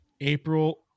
April